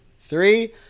three